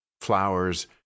flowers